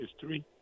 history